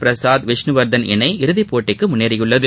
பிரசாத் விஷ்னுவர்தன் இணை இறுதி போட்டிக்கு முன்னேறி உள்ளது